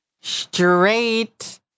straight